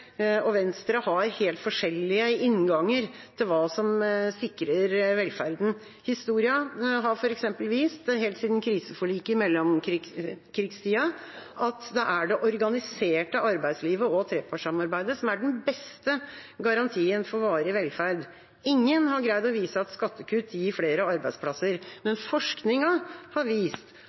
og Venstre har helt forskjellige innganger til hva som sikrer velferden. Historien har f.eks. vist, helt siden kriseforliket i mellomkrigstida, at det er det organiserte arbeidslivet og trepartssamarbeidet som er den beste garantien for varig velferd. Ingen har greid å vise at skattekutt gir flere arbeidsplasser, men forskning har vist